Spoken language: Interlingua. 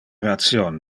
ration